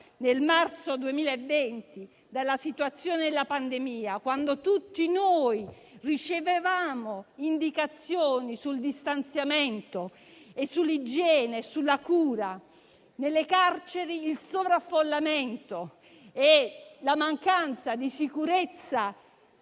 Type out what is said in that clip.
nel marzo 2020 dalla situazione della pandemia. Quando tutti ricevevamo indicazioni sul distanziamento, sull'igiene e sulla cura, nelle carceri il sovraffollamento e la mancanza di sicurezza